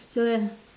so